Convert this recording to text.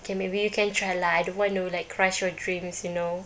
K maybe you can try lah I don't want to like crush your dreams you know